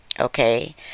Okay